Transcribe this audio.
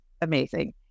amazing